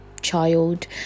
child